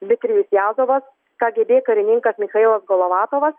dmitrijus jazovas ka gė bė karininkas michailas golovatovas